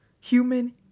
human